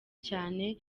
cyane